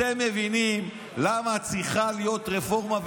אתם מבינים למה צריכה להיות רפורמה,